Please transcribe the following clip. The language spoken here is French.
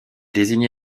désigné